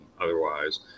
otherwise